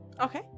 Okay